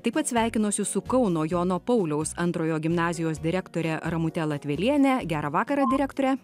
taip pat sveikinuosi su kauno jono pauliaus antrojo gimnazijos direktore ramute latveliene gerą vakarą direktore